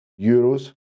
euros